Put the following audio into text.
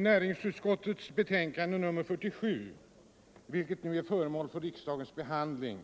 Näringsutskottets betänkande nr 47, vilket nu är föremål för riksdagens behandling,